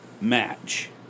match